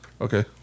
Okay